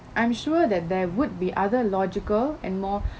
I'm sure that there would be other logical and more